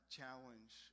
challenge